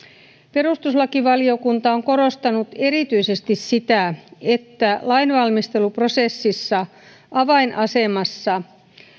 perustuslakivaliokunta on korostanut erityisesti sitä että lainvalmisteluprosessissa avainasemassa